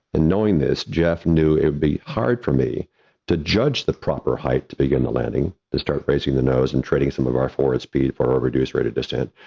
and knowing this, jeff knew it'd be hard for me to judge the proper height to begin the landing, to start raising the nose, and trading some of our forward speed for our reduced rate descent,